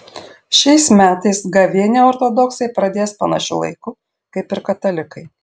šiais metais gavėnią ortodoksai pradės panašiu laiku kaip ir katalikai